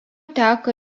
teka